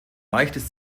leichtes